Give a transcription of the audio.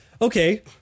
Okay